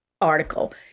article